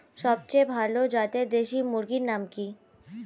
সবচেয়ে ভালো জাতের দেশি মুরগির নাম কি?